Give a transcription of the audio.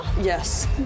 Yes